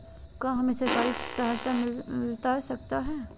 क्या हमे सरकारी सहायता मिलता सकता है?